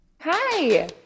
Hi